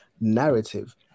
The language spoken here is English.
narrative